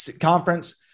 conference